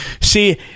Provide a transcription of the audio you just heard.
see